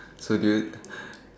so do you